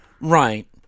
Right